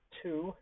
two